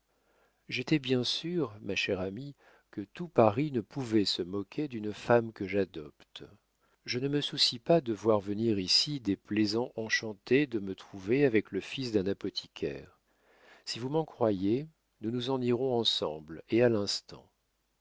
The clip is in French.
j'étais bien sûre ma chère amie que tout paris ne pouvait se moquer d'une femme que j'adopte je ne me soucie pas de voir venir ici des plaisants enchantés de me trouver avec le fils d'un apothicaire si vous m'en croyez nous nous en irons ensemble et à l'instant